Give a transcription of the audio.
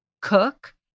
cook